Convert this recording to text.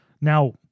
Now